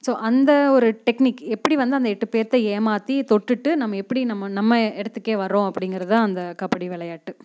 so அந்த ஒரு technique எப்படி வந்து அந்த எட்டு பேர்த்தை ஏமாற்றி தொட்டுவிட்டு நம்ம எப்படி நம்ப நம்ப இடத்துக்கே வரோம் அப்படிங்கறதுதான் அந்த கபடி விளையாட்டு